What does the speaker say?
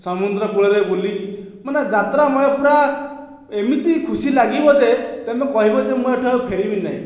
ସମୁଦ୍ରକୂଳରେ ବୁଲି ମାନେ ଯାତ୍ରାମୟ ପୁରା ଏମିତି ଖୁସି ଲାଗିବ ଯେ ତୁମେ କହିବ ଯେ ମୁଁ ଏଠୁ ଆଉ ଫେରିବି ନାହିଁ